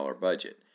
budget